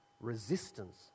resistance